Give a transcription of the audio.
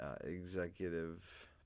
executive